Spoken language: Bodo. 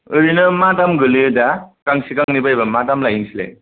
ओरैनो मा दाम गोग्लैयो दा गांसे गांनै बायोब्ला मा दाम लायो नोंसोरलाय